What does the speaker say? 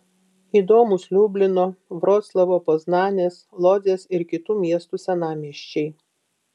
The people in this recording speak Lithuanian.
įdomūs liublino vroclavo poznanės lodzės ir kitų miestų senamiesčiai